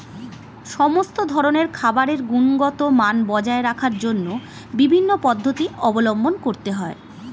সমস্ত ধরনের খাবারের গুণগত মান বজায় রাখার জন্য বিভিন্ন পদ্ধতি অবলম্বন করতে হয়